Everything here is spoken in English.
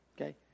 Okay